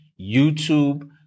YouTube